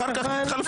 אחר כך תתחלפו.